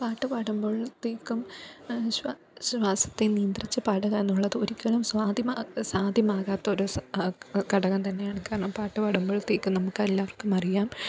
പാട്ട് പാടുമ്പോളത്തേക്കും പ്രത്യേകം ശ്വാ ശ്വാസത്തെ നിയന്ത്രിച്ച് പാടുക എന്നുള്ളത് ഒരിക്കലും സ്വാധ്യ സാധ്യമാകാത്തൊരു സ ഘടകം തന്നെയാണ് കാരണം പാട്ട് പാടുമ്പോളത്തേക്കും നമുക്കെല്ലാവർക്കുമറിയാം